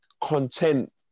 content